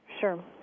Sure